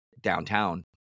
downtown